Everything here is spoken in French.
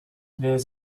les